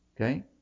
Okay